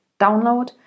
download